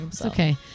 Okay